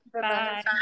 Bye